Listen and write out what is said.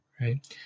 right